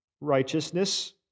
righteousness